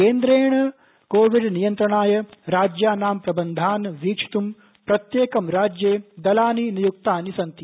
केन्द्रेण कोविडनियन्त्रणाय राज्यानां प्रबन्धान वीक्षित्ं प्रत्येकं राज्ये दलानि नित्युक्तानि सन्ति